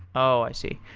oh, i see.